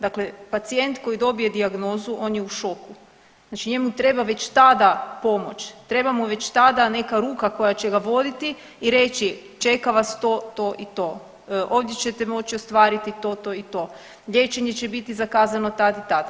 Dakle, pacijent koji dobije dijagnozu on je u šoku, znači njemu treba već tada pomoć, treba mu već tada neka ruka koja će ga voditi i reći čeka vas to, to i to, ovdje ćete moći ostvariti to, to i to, liječenje će biti zakazano tad i tad.